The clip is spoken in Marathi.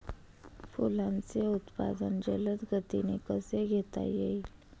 फुलांचे उत्पादन जलद गतीने कसे घेता येईल?